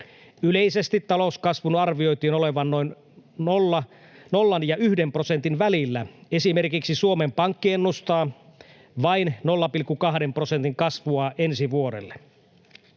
Yleisesti talouskasvun arvioitiin olevan noin 0 ja 1 prosentin välillä. Esimerkiksi Suomen Pankki ennustaa vain 0,2 prosentin kasvua ensi vuodelle.